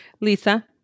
Lisa